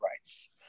rights